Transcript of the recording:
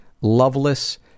loveless